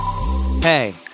Hey